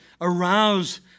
arouse